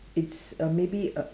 it's a maybe a